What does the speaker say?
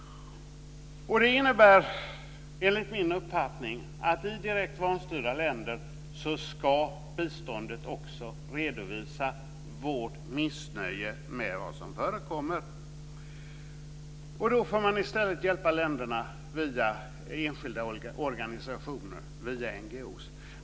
Det innebär enligt min uppfattning att i direkt vanstyrda länder ska biståndet också redovisa vårt missnöje med vad som förekommer. Då får man i stället hjälpa länderna via enskilda organisationer, via NGO:er.